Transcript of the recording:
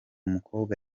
mukobwa